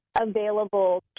available